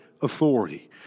Authority